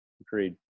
Agreed